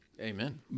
Amen